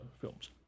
films